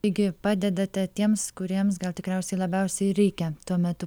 taigi padedate tiems kuriems gal tikriausiai labiausiai reikia tuo metu